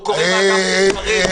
הוא קורא מדף מסרים,